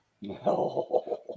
No